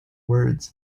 words